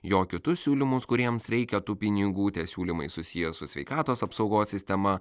jo kitus siūlymus kuriems reikia tų pinigų tie siūlymai susiję su sveikatos apsaugos sistema